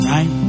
Right